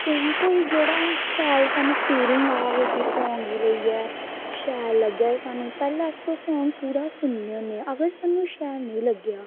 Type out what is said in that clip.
song कोई जेह्ड़ा song साह्नू फिलिंग आ उसी सांग गी लेइयै शैल लग्गै साह्नूं पैह्लें अस सांग पूरा सुनने होन्ने अगर साह्नूं शैल नेईं लग्गेआ